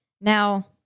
Now